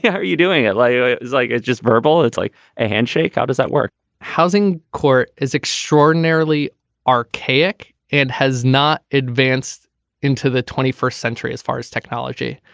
yeah are you doing. it like is like it's just verbal it's like a handshake. how does that work housing court is extraordinarily archaic and has not advanced into the twenty first century as far as technology.